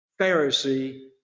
Pharisee